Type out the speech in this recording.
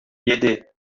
yedi